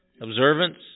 Observance